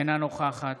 אינה נוכחת